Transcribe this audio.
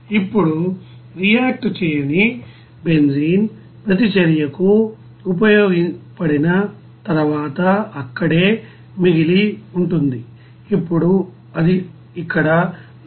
ఇప్పుడు రియాక్ట్ చేయని బెంజీన్ ప్రతిచర్యకు ఉపయోగపడిన తర్వాత అక్కడే మిగిలి ఉంటుంది ఇప్పుడు అది ఇక్కడ 189